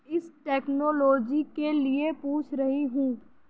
اس technology کے لیے پوچھ رہی ہوں